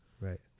Right